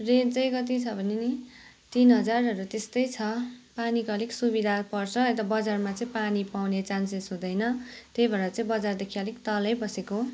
rent चाहिँ कति छ भने नि तिन हजारहरू त्यस्तै छ पानीको अलिक सुविधा पर्छ यता बजारमा चाहिँ पानी पाउने चान्सेस हुँदैन त्यही भएर चाहिँ बजारदेखि अलिक तलै बसेको